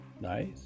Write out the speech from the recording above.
Nice